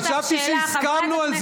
קיבלתם קולות.